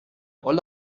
olle